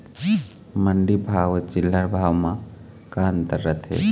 मंडी भाव अउ चिल्हर भाव म का अंतर रथे?